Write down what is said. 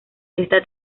esta